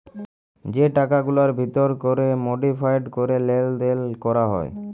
যে টাকাগুলার ভিতর ক্যরে মডিফায়েড ক্যরে লেলদেল ক্যরা হ্যয়